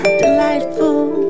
delightful